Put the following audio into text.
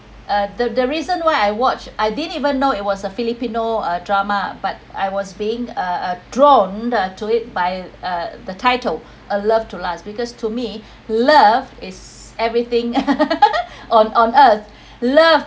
uh the the reason why I watch I didn't even know it was a filipino uh drama but I was being err drawn to it by uh the title a love to last because to me love is everything on on earth love